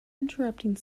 interrupting